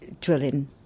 drilling